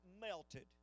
melted